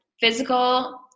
physical